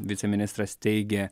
viceministras teigė